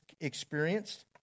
experienced